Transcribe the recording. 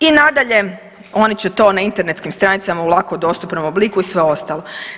I nadalje, oni će to na internetskim stranicama u lako dostupnom obliku i sve ostalo.